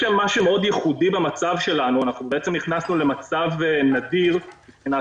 מה שמאוד ייחודי במצב שלנו נכנסנו למצב נדיר מבחינת